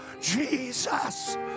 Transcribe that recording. Jesus